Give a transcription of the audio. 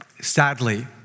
Sadly